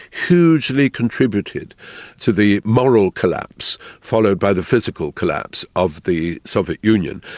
hugely contributed to the moral collapse followed by the physical collapse of the soviet union.